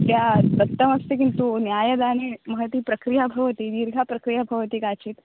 भवत्या दत्तमस्ति किन्तु न्यायदानि महती प्रक्रिया भवति दीर्घा प्रक्रिया भवति काचित्